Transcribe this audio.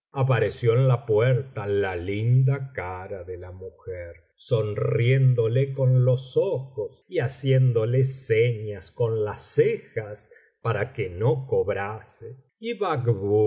apareció en la puerta la linda cara ele la mujer sonriéndole con los ojos y haciéndole senas con las cejas para que no cobrase